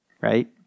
right